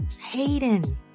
hayden